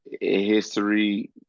history